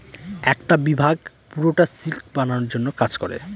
একটা বিভাগ পুরোটা সিল্ক বানানোর জন্য কাজ করে